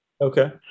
Okay